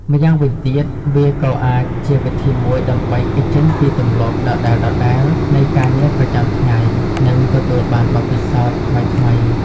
ម្យ៉ាងវិញទៀត វាក៏អាចជាវិធីមួយដើម្បីគេចចេញពីទម្លាប់ដដែលៗនៃការងារប្រចាំថ្ងៃ និងទទួលបានបទពិសោធន៍ថ្មីៗ។